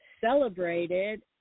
celebrated